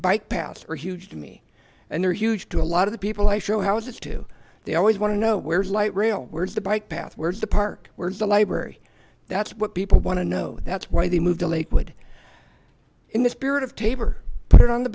bike paths are huge to me and they're huge to a lot of the people i show houses to they always want to know where's light rail where's the bike path where's the park where's the library that's what people want to know that's why they moved to lakewood in the spirit of tabor put it on the